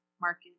market